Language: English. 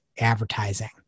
Advertising